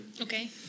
Okay